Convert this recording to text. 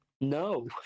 no